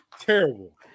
Terrible